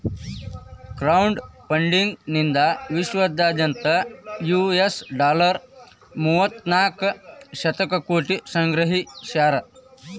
crowd funding ನಿಂದಾ ವಿಶ್ವದಾದ್ಯಂತ್ US dollar ಮೂವತ್ತನಾಕ ಶತಕೋಟಿ ಸಂಗ್ರಹಿಸ್ಯಾರ